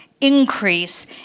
increase